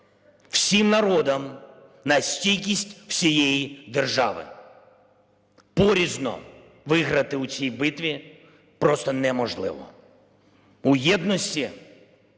всім народом на стійкість всієї держави. Порізно виграти у цій битві просто неможливо. У єдності